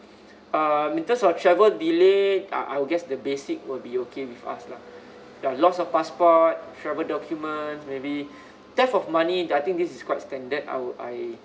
um in terms of travel delay uh I'll guess the basic will be okay with us lah yeah loss of passport travel documents maybe therefore money I think this is quite standard I would I